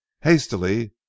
Hastily